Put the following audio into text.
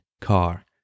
car